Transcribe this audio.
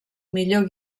millor